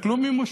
תסתכלו מי מושל.